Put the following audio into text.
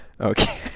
Okay